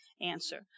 answer